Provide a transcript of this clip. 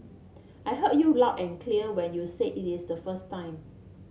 I heard you loud and clear when you said it is the first time